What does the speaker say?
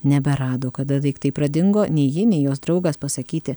neberado kada daiktai pradingo nei ji nei jos draugas pasakyti